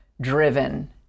driven